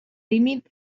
límit